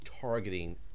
targeting